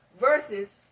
versus